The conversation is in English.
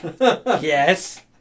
Yes